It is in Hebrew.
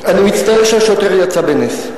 אני מצטער שהשוטר יצא בנס.